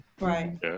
Right